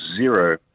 zero